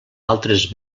altres